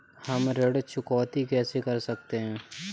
हम ऋण चुकौती कैसे कर सकते हैं?